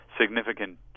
significant